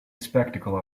spectacle